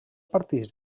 partits